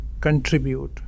contribute